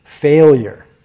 Failure